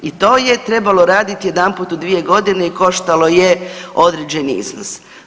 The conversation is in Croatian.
I to je trebalo raditi jedanput u 2 godine i koštalo je određeni iznos.